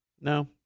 No